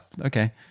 Okay